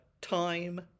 time